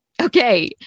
Okay